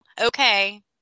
Okay